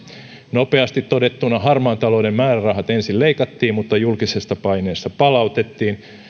nopeasti todettuna harmaan talouden määrärahat ensin leikattiin mutta julkisesta paineesta palautettiin